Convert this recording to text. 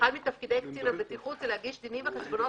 שאחד מתפקידי קצין הבטיחות הוא להגיש דינים וחשבונות